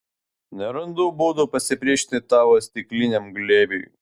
nerandu būdų pasipriešinti tavo stikliniam glėbiui